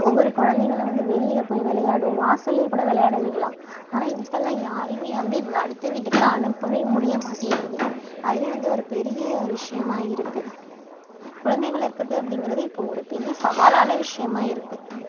ஒவ்வொரு குழந்தைகளும் வந்து வெளியில போய் விளையாடும் வாசல்லையே கூட விளையாட விடலாம் ஆனால் இப்போல்லாம் யாரையுமே நம்பி அடுத்த வீட்டுக்கு எல்லாம் அனுப்பவே முடிய மாட்டேங்கிது அதுவே வந்து ஒரு பெரிய விஷயமாக இருக்கு குழந்தை வளர்க்குறது அப்படீங்கிறது இப்போ ஒரு பெரிய சவாலான விஷயமாக இருக்கு